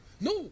No